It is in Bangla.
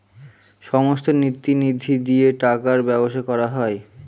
সমস্ত নীতি নিধি দিয়ে টাকার ব্যবসা করা হয়